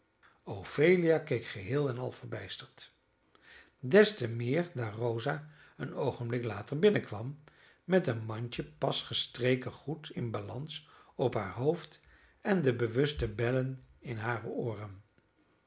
ophelia keek geheel en al verbijsterd des te meer daar rosa een oogenblik later binnenkwam met een mandje pas gestreken goed in balans op haar hoofd en de bewuste bellen in hare ooren